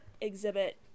exhibit